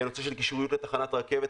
הנושא של קישוריות לתחנת הרכבת,